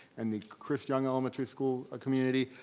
and the chris young elementary school community.